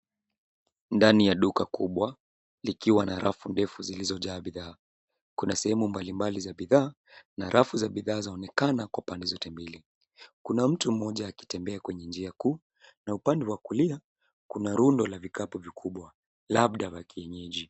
Ndani ya duka kubwa, likiwa na rafu ndefu zilizojaa bidhaa. Kuna sehemu mbali mbali za bidhaa. Na rafu za bidhaa zinaonekana kwa pande zote mbili. Kuna mtu mmoja akitembea kwenye njia kuu. Na upande wa kulia, kuna rundo la vikapu vikubwa, labda vya kienyeji.